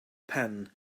pan